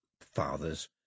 Fathers